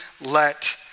let